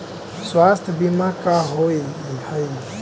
स्वास्थ्य बीमा का होव हइ?